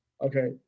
Okay